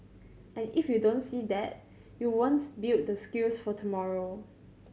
and if you don't see that you won't build the skills for tomorrow